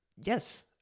yes